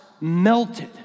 melted